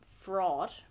fraud